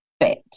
fit